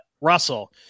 Russell